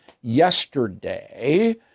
yesterday